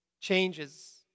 changes